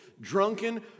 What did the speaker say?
drunken